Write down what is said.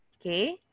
Okay